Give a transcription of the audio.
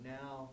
now